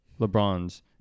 LeBron's